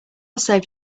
saved